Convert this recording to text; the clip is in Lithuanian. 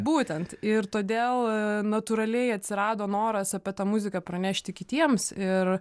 būtent ir todėl natūraliai atsirado noras apie tą muziką pranešti kitiems ir